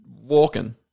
walking